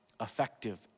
effective